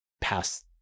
pass